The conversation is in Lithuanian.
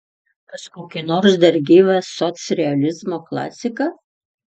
pas kokį nors dar gyvą socrealizmo klasiką